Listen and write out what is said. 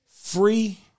free